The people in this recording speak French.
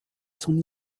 son